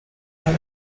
out